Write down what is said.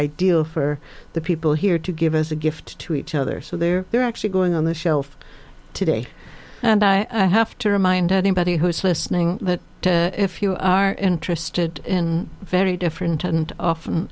ideal for the people here to give as a gift to each other so they're they're actually going on the shelf today and i have to remind anybody who's listening that if you are interested in very different and often